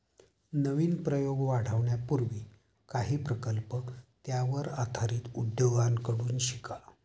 नवीन उद्योग वाढवण्यापूर्वी काही प्रकल्प त्यावर आधारित उद्योगांकडून शिका